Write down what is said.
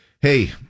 Hey